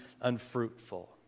unfruitful